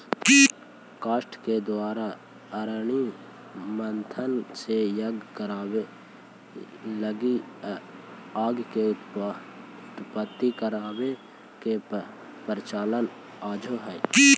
काष्ठ के द्वारा अरणि मन्थन से यज्ञ लगी आग के उत्पत्ति करवावे के प्रचलन आजो हई